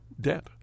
debt